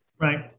right